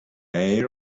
ایر